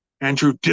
Andrew